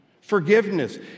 Forgiveness